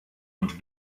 und